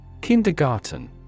Kindergarten